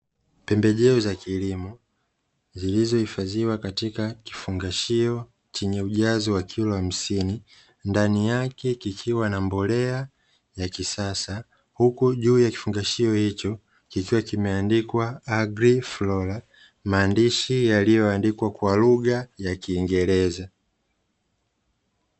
Pembejeo za kilimo, zilizohifadhiwa katika kifungashio chenye ujazo wa kilo hamsini, ndani yake kikiwa na mbolea ya kisasa, huku juu ya kifungashio hicho kikiwa kimeandikwa "agriflora", maandishi yaliyoandikwa kwa lugha ya kiingereza.